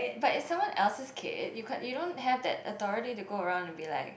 but it's someone else's kid you can't you don't have that authority to go around and be like